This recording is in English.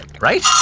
right